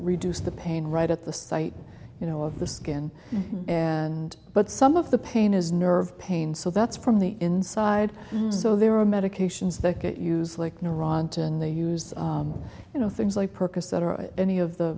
reduce the pain right at the site you know of the skin and but some of the pain is nerve pain so that's from the inside so there are medications that get used like neurontin they use you know things like percocet or any of the